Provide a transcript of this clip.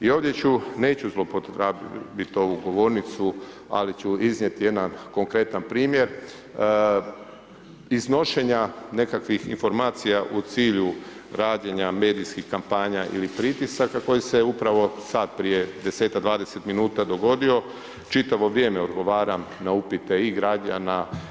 I ovdje ću, neću zlouporabiti ovu govornicu ali ću iznijeti jedan konkretan primjer iznošenja nekakvih informacija u cilju rađenja medijskih kampanja ili pritisaka koji se upravo sad prije 10-ak, 20 minuta dogodio, čitavo vrijeme odgovaram na upite i građana.